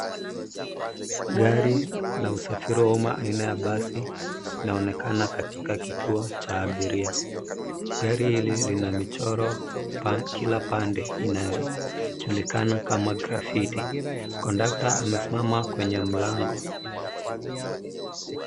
Gari la usafiri wa umma aina ya basi linaonekana katika kituo cha abiria. Gari hili lina michoro kila pande inayo julikana kama grafiti. Kondakta amesimama kwenye mlango.